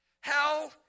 hell